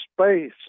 space